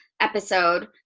episode